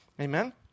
Amen